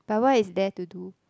but what is there to do